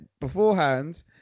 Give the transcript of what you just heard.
beforehand